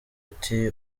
ati